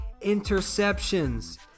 interceptions